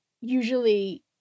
usually